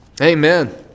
Amen